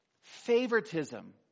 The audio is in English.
favoritism